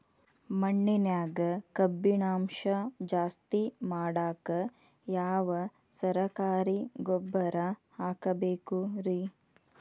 ಮಣ್ಣಿನ್ಯಾಗ ಕಬ್ಬಿಣಾಂಶ ಜಾಸ್ತಿ ಮಾಡಾಕ ಯಾವ ಸರಕಾರಿ ಗೊಬ್ಬರ ಹಾಕಬೇಕು ರಿ?